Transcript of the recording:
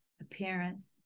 appearance